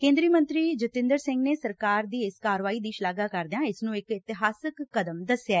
ਕੇਂਦਰੀ ਮੰਤਰੀ ਜਤਿੰਦਰ ਸਿੰਘ ਨੇ ਸਰਕਾਰ ਦੀ ਇਸ ਕਾਰਵਾਈ ਦੀ ਸ਼ਲਾਘਾ ਕਰਦਿਆਂ ਇਸ ਨੂੰ ਇਕ ਇਤਿਹਾਸਕ ਕਦਮ ਦਸਿਆ